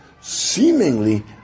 seemingly